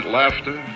laughter